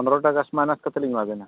ᱯᱚᱱᱨᱚ ᱴᱟᱠᱟ ᱢᱟᱭᱱᱟᱥ ᱠᱟᱛᱮᱫ ᱞᱤᱧ ᱮᱢᱟ ᱵᱤᱱᱟ